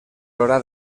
hora